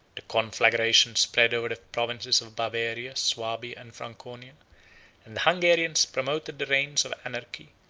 the conflagration spread over the provinces of bavaria, swabia, and franconia and the hungarians promoted the reign of anarchy,